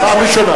פעם ראשונה.